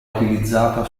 utilizzata